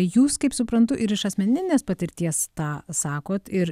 jūs kaip suprantu ir iš asmeninės patirties tą sakot ir